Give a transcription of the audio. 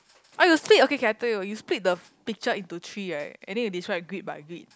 oh you split okay okay I tell you you split picture into three right and then you describe grid by grid